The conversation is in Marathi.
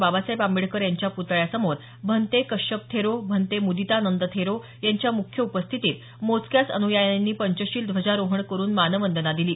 बाबासाहेब आंबेडकर यांच्या प्तळ्यासमोर भन्ते कश्यप थेरो भन्ते मुदितानंद थेरो यांच्या मुख्य उपस्थितीत मोजक्याच अनुयायांनी पंचशील ध्वजारोहण करुन मानवंदना दिली